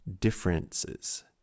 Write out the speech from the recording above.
differences